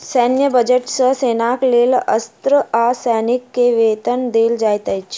सैन्य बजट सॅ सेनाक लेल अस्त्र आ सैनिक के वेतन देल जाइत अछि